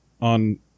on